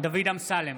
דוד אמסלם,